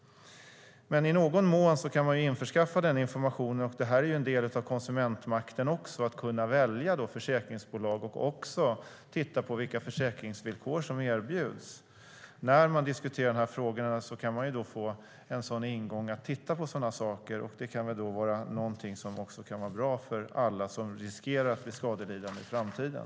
Men i någon mån kan man införskaffa den informationen. Det är ju en del av konsumentmakten också att kunna välja försäkringsbolag och också titta på vilka försäkringsvillkor som erbjuds. När man diskuterar de här frågorna kan man få en ingång att titta på sådana här saker. Det kan vara någonting som också kan vara bra för alla som riskerar att bli skadelidande i framtiden.